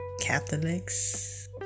Catholics